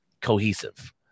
cohesive